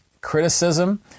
criticism